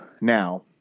now